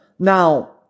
Now